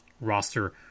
roster